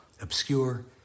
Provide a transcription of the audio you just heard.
obscure